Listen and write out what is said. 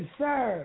sir